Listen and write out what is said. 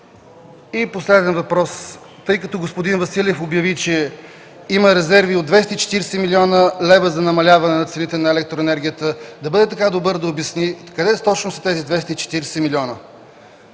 И последен въпрос, тъй като господин Василев обяви, че има резерви от 240 млн.лв. за намаляване цените на електроенергията, да бъде така добър да обясни къде с точност са тези 240 милиона?